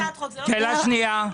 שאלה שנייה.